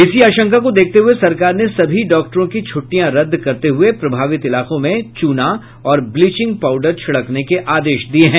इसीकी आशंका को देखते हुये सरकार ने सभी डॉक्टरों की छुट्टियां रद्द करते हये प्रभावित इलाकों में चूना और ब्लिचिंग पाउडर छिकड़ने के आदेश दिये हैं